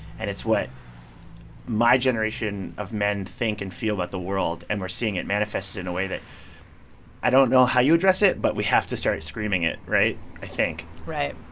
and it's what my generation of men think and feel about the world. and we're seeing it manifest in a way that i don't know how you address it, but we have to start screaming it right? i think right.